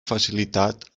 facilitat